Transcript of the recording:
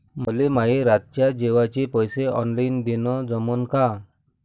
मले माये रातच्या जेवाचे पैसे ऑनलाईन देणं जमन का?